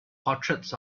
portraits